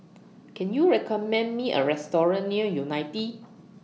Can YOU recommend Me A Restaurant near Unity